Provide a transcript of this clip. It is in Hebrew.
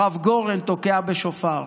הרב גורן תוקע בשופר,